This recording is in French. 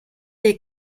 est